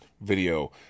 video